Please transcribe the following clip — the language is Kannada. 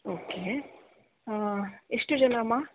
ಓಕೆ ಎಷ್ಟು ಜನ ಅಮ್ಮ